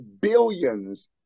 billions